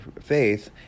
faith